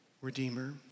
Redeemer